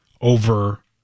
over